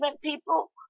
people